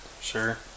Sure